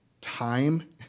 time